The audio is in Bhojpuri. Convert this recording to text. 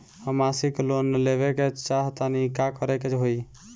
हम मासिक लोन लेवे के चाह तानि का करे के होई?